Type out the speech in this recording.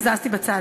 הזזתי לצד.